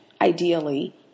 ideally